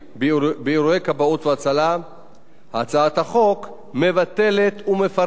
הצעת החוק מבטלת ומפרקת את איגודי הערים ומקימה